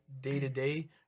day-to-day